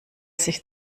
sich